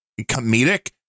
comedic